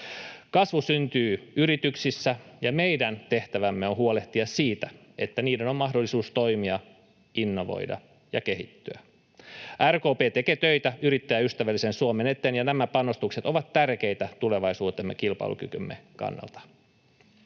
Kasvu syntyy yrityksissä, ja meidän tehtävämme on huolehtia siitä, että niiden on mahdollista toimia, innovoida ja kehittyä. RKP tekee töitä yrittäjäystävällisen Suomen eteen, ja nämä panostukset ovat tärkeitä tulevaisuuden kilpailukykymme kannalta.